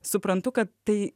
suprantu kad tai